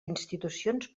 institucions